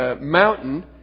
mountain